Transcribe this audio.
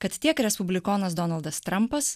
kad tiek respublikonas donaldas trampas